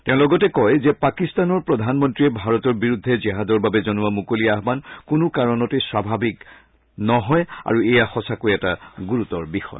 তেওঁ লগতে কয় যে পাকিস্তানৰ প্ৰধানমন্ত্ৰীয়ে ভাৰতৰ বিৰুদ্ধে জেহাদৰ বাবে জনোৱা মুকলি আহ্মান কোনো কাৰণতে স্বাভাৱিক নহয় আৰু এয়া সচাকৈ এটা গুৰুতৰ বিষয়